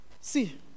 See